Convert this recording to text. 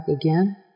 again